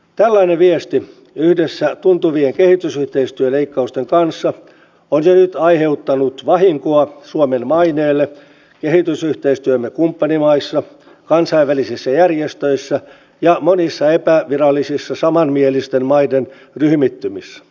tällainen viesti yhdessä tuntuvien kehitysyhteistyöleikkausten kanssa on jo nyt aiheuttanut vahinkoa suomen maineelle kehitysyhteistyömme kumppanimaissa kansainvälisissä järjestöissä ja monissa epävirallisissa samanmielisten maiden ryhmittymissä